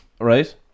right